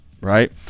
right